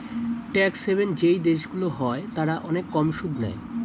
tax haven যেই দেশগুলো হয় তারা অনেক কম সুদ নেয়